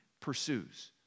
pursues